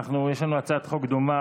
נעבור להצעת חוק דומה,